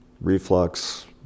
Reflux